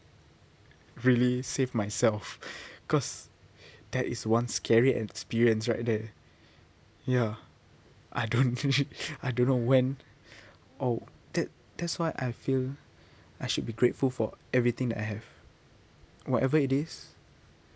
really save myself cause that is one scary experience right there ya I don't I don't know when or that that's why I feel I should be grateful for everything that I have whatever it is